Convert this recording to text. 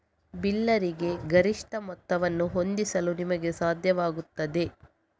ಬಿಲ್ಲರಿಗೆ ಗರಿಷ್ಠ ಮೊತ್ತವನ್ನು ಹೊಂದಿಸಲು ನಿಮಗೆ ಸಾಧ್ಯವಾಗುತ್ತದೆ